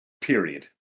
period